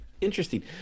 Interesting